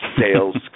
sales